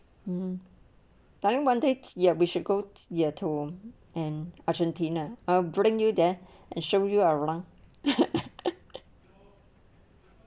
mmhmm but i think wanted ya we should go to ya tome and argentina ah bring you there and show you are one